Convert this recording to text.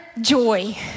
joy